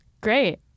Great